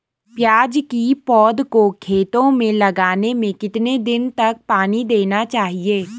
प्याज़ की पौध को खेतों में लगाने में कितने दिन तक पानी देना चाहिए?